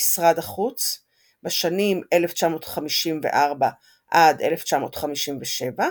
במשרד החוץ בשנים 1954 עד 1957,